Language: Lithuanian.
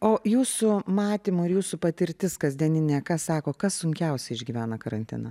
o jūsų matymu ir jūsų patirtis kasdieninė ką sako kas sunkiausiai išgyvena karantiną